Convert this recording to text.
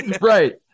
right